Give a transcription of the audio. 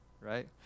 right